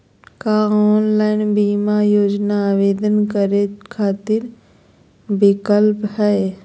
का ऑनलाइन बीमा योजना आवेदन करै खातिर विक्लप हई?